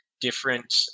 different